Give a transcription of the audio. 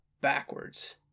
backwards